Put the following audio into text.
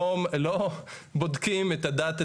לא בודקים את הדת,